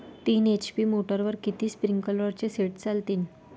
तीन एच.पी मोटरवर किती स्प्रिंकलरचे सेट चालतीन?